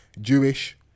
Jewish